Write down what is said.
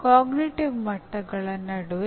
ನೀವು ಕೆಲವು ಅನಪೇಕ್ಷಿತ ಸಿನಾಪ್ಸ್ಗಳನ್ನು ಸ್ಥಿರಗೊಳಿಸಬಹುದು